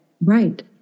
Right